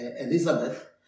Elizabeth